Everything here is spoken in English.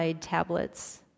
tablets